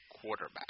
quarterback